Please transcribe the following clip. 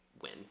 win